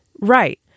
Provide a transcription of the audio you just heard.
Right